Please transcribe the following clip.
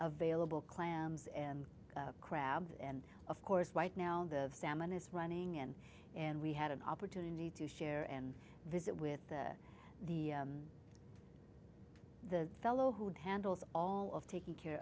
available clams and crabs and of course right now the salmon is running in and we had an opportunity to share and visit with the the fellow who had handles all of taking care